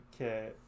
Okay